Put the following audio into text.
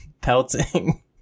pelting